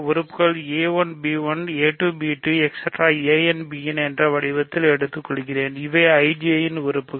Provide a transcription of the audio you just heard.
உறுப்புக்கள் என்ற வடிவத்தில் எடுத்துக்கொள்கிறேன்இவை IJ ன் உறுப்புகள்